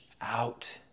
out